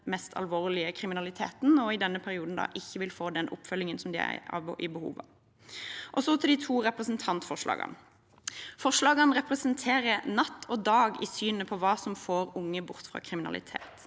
mest alvorlige kriminaliteten, som i denne perioden da ikke vil få den oppfølgingen de har behov for. Så til de to representantforslagene: Forslagene representerer natt og dag i synet på hva som får unge bort fra kriminalitet.